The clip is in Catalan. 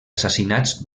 assassinats